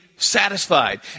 Satisfied